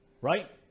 right